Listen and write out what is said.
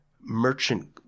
merchant